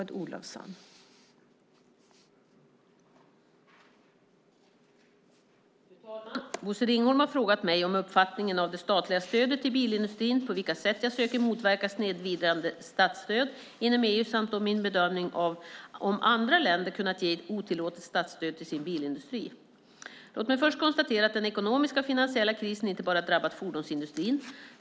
Fru talman! Bosse Ringholm har frågat mig om omfattningen av det statliga stödet till bilindustrin, på vilka sätt jag söker motverka snedvridande statsstöd inom EU samt om min bedömning av om andra länder kunnat ge otillåtet statsstöd till sin bilindustri. Låt mig först konstatera att den ekonomiska och finansiella krisen inte bara drabbat fordonsindustrin.